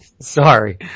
sorry